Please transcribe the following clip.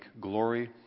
glory